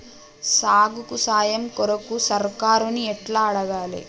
సాగుకు సాయం కొరకు సర్కారుని ఎట్ల అడగాలే?